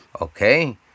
Okay